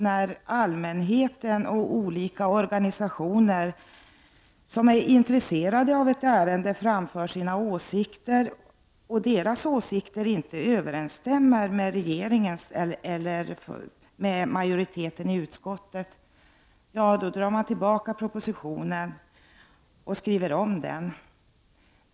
När allmänheten och olika organisationer som är intresserade av ärendet framför sina åsikter och dessa åsikter inte överensstämmer med regeringens eller med majoritetens i utskottet, ja, då drar regeringen tillbaka propositionen och skriver om den.